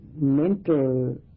mental